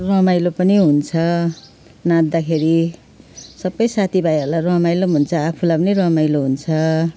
रमाइलो पनि हुन्छ नाच्दाखेरि सबै साथी भाइहरूलाई रमाइलो हुन्छ आफूलाई पनि रमाइलो हुन्छ